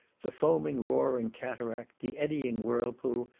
the foaming, roaring cataract, the eddying whirlpool,